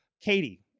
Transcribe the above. Katie